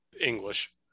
English